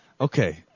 Okay